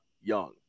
young